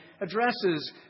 addresses